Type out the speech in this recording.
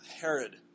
Herod